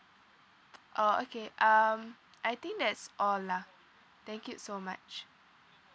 orh okay um I think that's all lah thank you so much